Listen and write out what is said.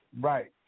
Right